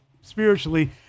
spiritually